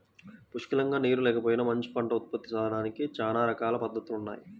పుష్కలంగా నీరు లేకపోయినా మంచి పంట ఉత్పత్తి సాధించడానికి చానా రకాల పద్దతులున్నయ్